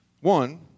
one